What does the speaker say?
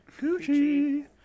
Gucci